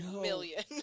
Million